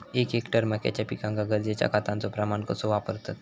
एक हेक्टर मक्याच्या पिकांका गरजेच्या खतांचो प्रमाण कसो वापरतत?